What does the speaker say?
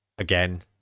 again